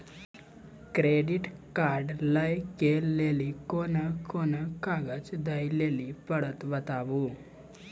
Credit card लै के लेली कोने कोने कागज दे लेली पड़त बताबू?